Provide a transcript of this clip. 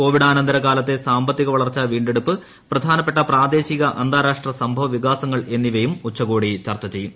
കോവിഡാനന്തര കാലത്തെ സാമ്പത്തിക വളർച്ചാ വീണ്ടെടുപ്പ് പ്രധാനപ്പെട്ട പ്രാദേശിക അന്താരാഷ്ട്ര സംഭവ വികാസങ്ങൾ എന്നിവയും ഉച്ചകോടി ചർച്ച ചെയ്യും